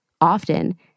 Often